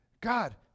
God